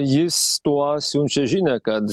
jis tuo siunčia žinią kad